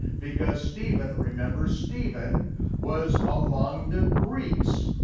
because stephen, remember stephen was among the greeks,